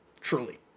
Truly